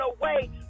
away